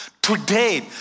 Today